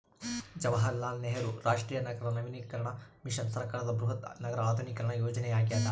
ಜವಾಹರಲಾಲ್ ನೆಹರು ರಾಷ್ಟ್ರೀಯ ನಗರ ನವೀಕರಣ ಮಿಷನ್ ಸರ್ಕಾರದ ಬೃಹತ್ ನಗರ ಆಧುನೀಕರಣ ಯೋಜನೆಯಾಗ್ಯದ